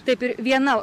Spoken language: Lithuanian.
taip ir viena